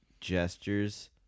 gestures